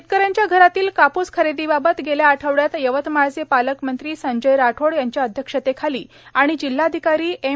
शेतक यांच्या घरातील कापूस खरेदीबाबत गेल्या आठवड्यात यवतमाळचे पालकमंत्री संजय राठोड यांच्या अध्यक्षतेखाली आणि जिल्हाधिकारी एम